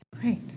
Great